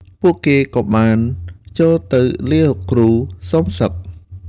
ពួកគេក៏បានចូលទៅលាលោកគ្រូសុំសឹក។